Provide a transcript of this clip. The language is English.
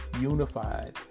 unified